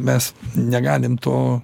mes negalim to